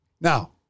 Now